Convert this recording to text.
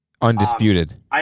Undisputed